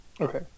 Okay